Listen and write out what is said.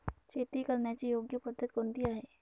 शेती करण्याची योग्य पद्धत कोणती आहे?